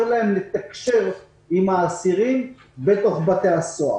להם לתקשר עם האסירים בתוך בתי הסוהר.